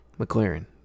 McLaren